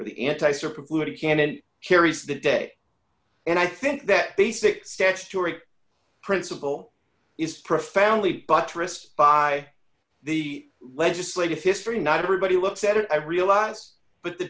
candidate carries the day and i think that basic statutory principle is profoundly buttressed by the legislative history not everybody looks at it i realize but the